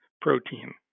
protein